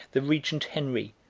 the regent henry,